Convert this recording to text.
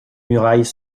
murailles